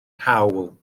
nghawl